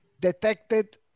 detected